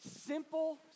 simple